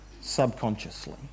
subconsciously